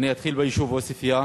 אני אתחיל ביישוב עוספיא.